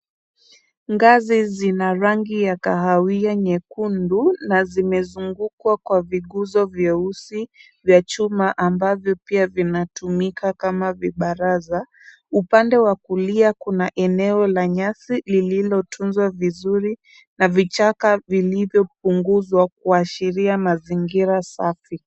Ngazi zina rangi ya kahawia nyekundu, na zimezungukwa kwa viguzo vieusi vya chuma ambavyo pia vinatumika kama vibaraza. Upande wa kulia kuna eneo la nyasi lililotunzwa vizuri, na vichaka vilivyopunguzwa kuashiria mazingira safi.